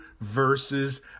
versus